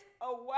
away